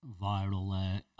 viral